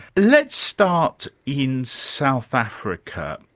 let's start in south africa,